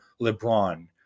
LeBron